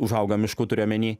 užauga mišku turiu omeny